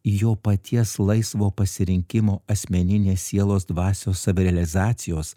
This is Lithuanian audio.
jo paties laisvo pasirinkimo asmeninės sielos dvasios savirealizacijos